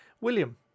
William